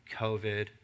COVID